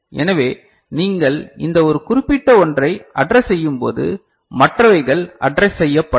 எனவே நீங்கள் இந்த ஒரு குறிப்பிட்ட ஒன்றை அட்ரெஸ் செய்யும்போது மற்றவைகள் அட்ரெஸ் செய்யப்படாது